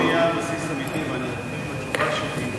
הבסיס האמיתי בנתונים, התשובה שלי,